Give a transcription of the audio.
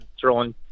throwing